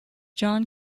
john